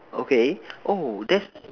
okay oh that's